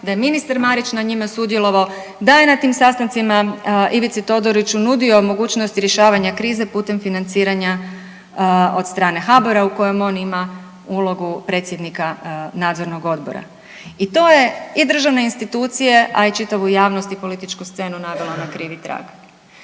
da je ministar Marić na njima sudjelovao, da je na tim sastancima Ivici Todoriću nudio mogućnost rješavanja krize putem financiranja od strane HABOR-a u kojem on ima ulogu predsjednika nadzornog odbora. I to je i državne institucija a i čitavu javnost i političku scenu navelo na krivi trag.